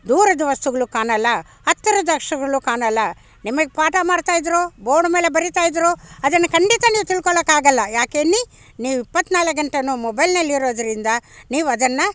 ದೂರದ ವಸ್ತುಗಳು ಕಾಣೋಲ್ಲ ಹತ್ರದ ವಸ್ತುಗಳು ಕಾಣೋಲ್ಲ ನಿಮಗೆ ಪಾಠ ಮಾಡ್ತಾಯಿದ್ರು ಬೋರ್ಡ್ ಮೇಲೆ ಬರಿತಾಯಿದ್ರು ಅದನ್ನು ಖಂಡಿತ ನೀವು ತಿಳ್ಕೊಳೋಕ್ಕಾಗೋಲ್ಲ ಯಾಕೆನ್ನಿ ನೀವು ಇಪ್ಪತ್ತ್ನಾಲ್ಕು ಗಂಟೆಯೂ ಮೊಬೈಲ್ನಲ್ಲಿರೋದ್ರಿಂದ ನೀವು ಅದನ್ನು